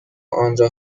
آنرا